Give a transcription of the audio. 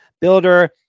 Builder